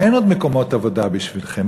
אין עוד מקומות עבודה בשבילכם,